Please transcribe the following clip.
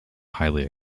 highly